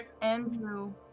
Andrew